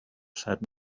said